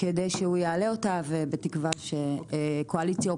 כדי שהוא יעלה אותה בתקווה שהקואליציה יחד